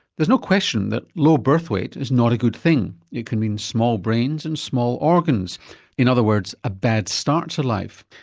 there's no question that low birth weight is not a good thing. it can mean small brains and small organs in other words, a bad start to life.